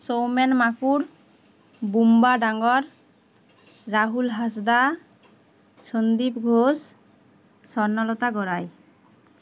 Soumen Makur Bumba Dangar Rahul Hansda Sandip Ghosh Swarnalata Gorai